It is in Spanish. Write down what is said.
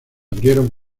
abrieron